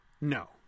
No